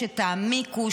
שתעמיקו,